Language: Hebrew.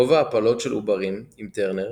רוב ההפלות של עוברים עם טרנר